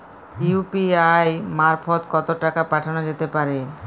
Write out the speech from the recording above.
UPI মারফত কত টাকা পাঠানো যেতে পারে?